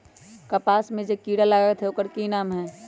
कपास में जे किरा लागत है ओकर कि नाम है?